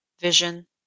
vision